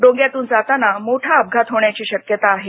डोंग्यातून जाताना मोठा अपघात होण्याची शक्यता आहे